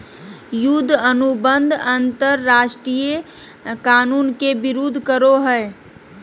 युद्ध अनुबंध अंतरराष्ट्रीय कानून के विरूद्ध करो हइ